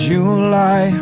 July